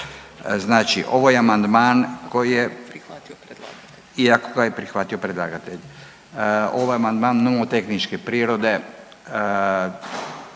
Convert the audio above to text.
Znači ovo je amandman koji je …/Upadica: prihvatio predlagatelj/…iako ga je prihvatio predlagatelj. Ovo je amandman nomotehničke prirode,